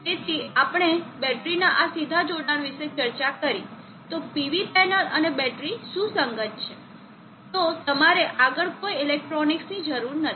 તેથી આપણે બેટરીના આ સીધા જોડાણ વિશે ચર્ચા કરી જો PV પેનલ અને બેટરી સુસંગત છે તો તમારે આગળ કોઈ ઇલેક્ટ્રોનિક્સની જરૂર નથી